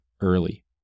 early